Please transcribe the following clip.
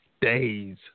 days